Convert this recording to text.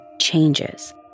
changes